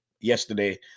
yesterday